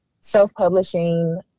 self-publishing